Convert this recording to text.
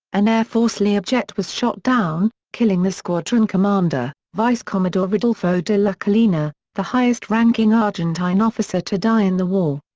an air force learjet was shot down, killing the squadron commander, vice commodore rodolfo de la colina, the highest-ranking argentine officer to die in the war.